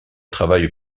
travail